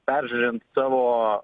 peržiūrint savo